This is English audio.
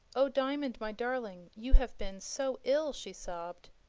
oh, diamond, my darling! you have been so ill! she sobbed.